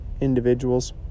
individuals